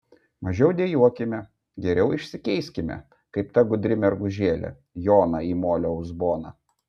mažiau dejuokime geriau išsikeiskime kaip ta gudri mergužėlė joną į molio uzboną